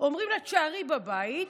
אומרים לה: תישארי בבית,